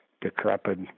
decrepit